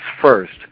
first